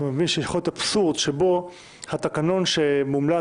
יכול להיות אבסורד שבו התקנון שמומלץ